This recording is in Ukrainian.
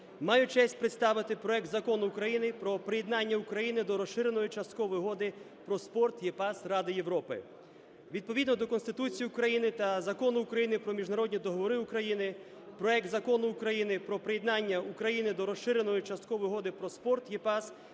Маю честь представити проект Закону України про приєднання України до Розширеної часткової угоди про спорт (EPAS) Ради Європи. Відповідно до Конституції України та Закону України "Про міжнародні договори України" проект Закону України про приєднання України до Розширеної часткової угоди про спорт